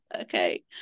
okay